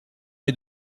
est